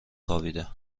خوابیده